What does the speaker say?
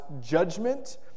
judgment